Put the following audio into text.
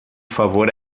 favor